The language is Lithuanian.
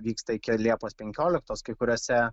vyksta iki liepos penkioliktos kai kuriose